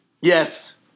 Yes